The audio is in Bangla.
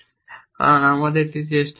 কারণ আমাদের এটি চেষ্টা করা হয়েছে